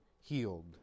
healed